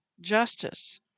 justice